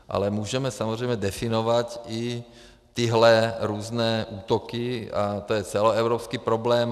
Ale můžeme samozřejmě definovat i tyhle různé útoky a to je celoevropský problém.